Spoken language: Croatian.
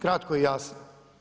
Kratko i jasno.